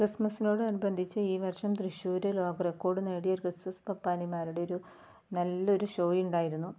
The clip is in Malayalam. ക്രിസ്മസിനോട് അനുബന്ധിച്ച് ഈ വർഷം തൃശൂർ ലോക റിക്കോർഡ് നേടിയ പ്രശസ്ത പാപാനിമാരുടെ ഒരു നല്ലൊരു ഷോ ഉണ്ടായിരുന്നു